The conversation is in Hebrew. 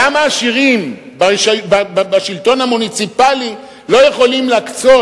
למה העשירים בשלטון המוניציפלי לא יכולים להקצות